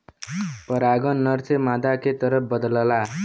परागन नर से मादा के तरफ बदलला